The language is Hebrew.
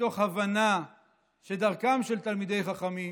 מתוך הבנה שדרכם של תלמידי חכמים היא